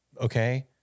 okay